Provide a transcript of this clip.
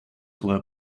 were